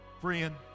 friend